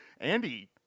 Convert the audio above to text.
Andy